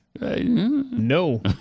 No